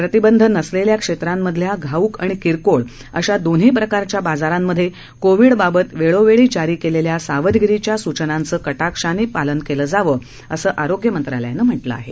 प्रतिबंध नसलेल्या क्षेत्रामधल्या घाऊक आणि किरकोळ अशा दोन्ही प्रकारच्या बाजारांमध्ये कोविडबाबत वेळोवेळी जारी केलेल्या सावधगिरीच्या सूचनांचं कटाक्षाने पालन केलं जावं असं आरोग्य मंत्रालयानं म्हटले आहे